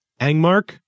Angmark